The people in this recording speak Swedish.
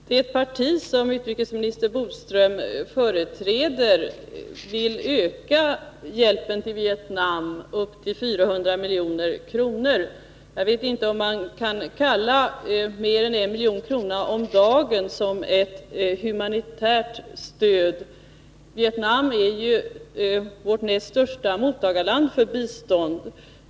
Herr talman! Det parti som utrikesminister Bodström företräder vill öka hjälpen till Vietnam upp till 400 milj.kr. Jag vet inte om man kan kalla mer än 1 milj.kr. om dagen för ett humanitärt stöd. Vietnam är ju vårt näst största mottagarland för bistånd.